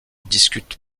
discute